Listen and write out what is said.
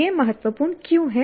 यह महत्वपूर्ण क्यों है